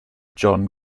john